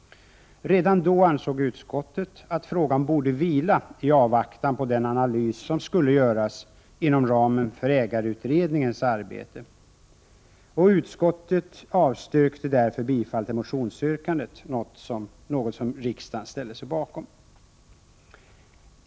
Redan då ansåg utskottet att frågan borde vila i avvaktan på den analys som skulle göras inom ramen för ägarutredningens arbete. Utskottet avstyrkte därför bifall till motionsyrkandet, något som riksdagen ställde sig bakom.